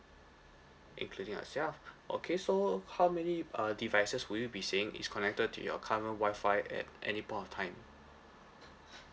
including yourself okay so how many uh devices would you be saying is connected to your current wifi at any point of time